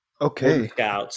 Okay